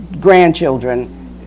grandchildren